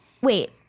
Wait